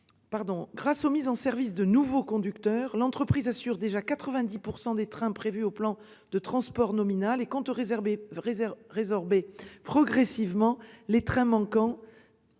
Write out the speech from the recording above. Grâce à l'arrivée de nouveaux conducteurs, l'entreprise assure déjà 90 % des trains prévus au plan de transport nominal, et compte résorber progressivement les trains manquants